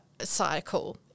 cycle